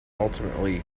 ultimately